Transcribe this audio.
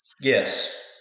Yes